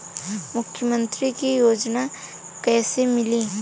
मुख्यमंत्री के योजना कइसे मिली?